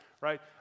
right